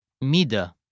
Mida